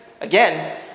Again